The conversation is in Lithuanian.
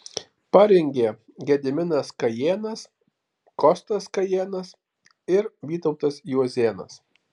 parengė gediminas kajėnas kostas kajėnas ir vytautas juozėnas